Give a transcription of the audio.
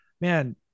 man